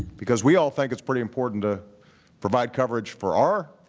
because we all think it's pretty important to provide coverage for our